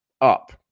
up